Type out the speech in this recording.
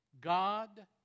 God